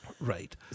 right